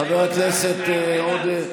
חבר הכנסת עודה,